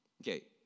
Okay